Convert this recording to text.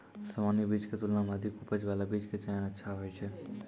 सामान्य बीज के तुलना मॅ अधिक उपज बाला बीज के चयन अच्छा होय छै